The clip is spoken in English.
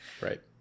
right